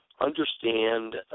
understand